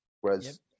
whereas